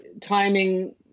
Timing